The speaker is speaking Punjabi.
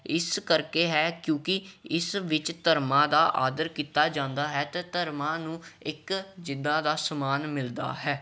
ਇਸ ਕਰਕੇ ਹੈ ਕਿਉਂਕਿ ਇਸ ਵਿੱਚ ਧਰਮਾਂ ਦਾ ਆਦਰ ਕੀਤਾ ਜਾਂਦਾ ਹੈ ਤਾਂ ਧਰਮਾਂ ਨੂੰ ਇੱਕ ਜਿੱਦਾਂ ਦਾ ਸਮਾਨ ਮਿਲਦਾ ਹੈ